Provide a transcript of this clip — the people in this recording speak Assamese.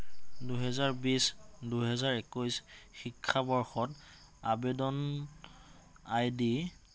দুহেজাৰ বিশ দুহেজাৰ একৈশ শিক্ষাবৰ্ষত আবেদন আইডি